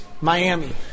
Miami